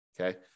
Okay